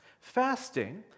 Fasting